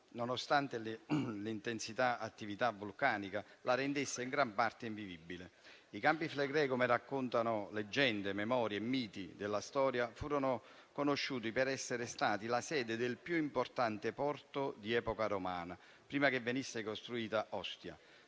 nonostante l'intensità dell'attività vulcanica la rendesse in gran parte invivibile. I Campi Flegrei - come raccontano leggende, memorie e miti della storia - furono conosciuti per essere stati la sede del più importante porto di epoca romana, prima che venisse costruita Ostia,